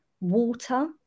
water